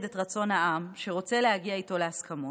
את רצון העם שרוצה להגיע איתו להסכמות,